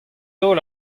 holl